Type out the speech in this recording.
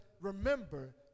remember